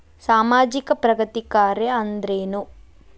ಸಾಮಾಜಿಕ ಪ್ರಗತಿ ಕಾರ್ಯಾ ಅಂದ್ರೇನು?